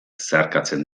zeharkatzen